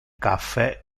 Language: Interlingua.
caffe